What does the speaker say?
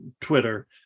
Twitter